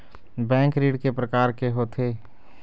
Bank ऋण के प्रकार के होथे?